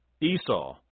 Esau